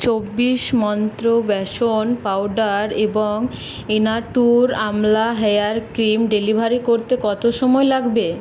চব্বিশ মন্ত্র বেসন পাউডার এবং ইনাটুর আমলা হেয়ার ক্রিম ডেলিভারি করতে কত সময় লাগবে